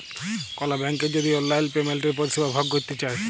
call ব্যাংকের যদি অললাইল পেমেলটের পরিষেবা ভগ ক্যরতে চায়